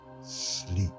sleep